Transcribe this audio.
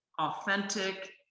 authentic